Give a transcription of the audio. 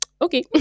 okay